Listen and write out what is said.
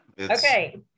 Okay